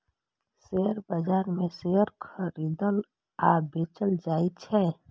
share बाजार मे share खरीदल आ बेचल जाइ छै